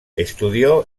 estudió